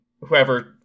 whoever